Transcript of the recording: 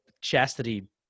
chastity